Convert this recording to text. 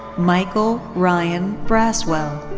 michael ryan braswell.